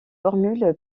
formule